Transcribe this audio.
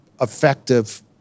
effective